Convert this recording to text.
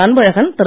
Anbazhagan Thiru